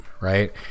Right